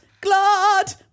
glad